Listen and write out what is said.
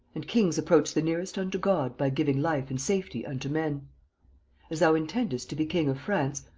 and kings approach the nearest unto god by giving life and safety unto men as thou intendest to be king of france,